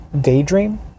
daydream